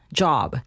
job